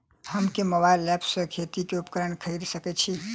हम केँ mobile app सँ खेती केँ उपकरण खरीदै सकैत छी?